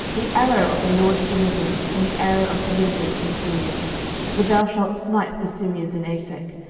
the arrow of the lord's deliverance, and the arrow of deliverance from syria for thou shalt smite the syrians in aphek,